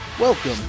Welcome